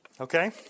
Okay